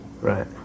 right